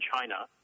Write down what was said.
China